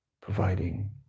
providing